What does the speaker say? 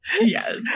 Yes